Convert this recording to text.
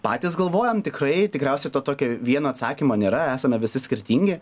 patys galvojam tikrai tikriausiai to tokio vieno atsakymo nėra esame visi skirtingi